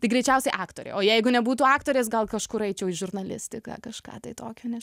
tai greičiausiai aktorė o jeigu nebūtų aktorės gal kažkur eičiau į žurnalistiką kažką tai tokio ne